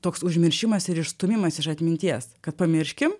toks užmiršimas ir išstūmimas iš atminties kad pamirškim